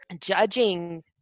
judging